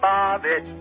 Bobbit